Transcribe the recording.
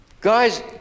guys